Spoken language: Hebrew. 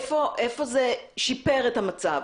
איפה זה שיפר את המצב.